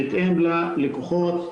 בהתאם ללקוחות,